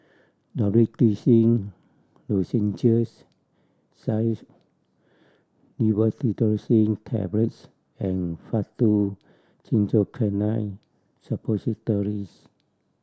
Dorithricin Lozenges Xyzal Levocetirizine Tablets and Faktu Cinchocaine Suppositories